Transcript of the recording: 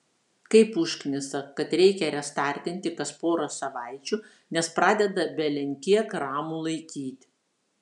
kaip užknisa kad reikia restartinti kas porą savaičių nes pradeda belenkiek ramų laikyt